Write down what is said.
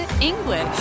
English